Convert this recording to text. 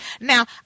Now